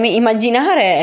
immaginare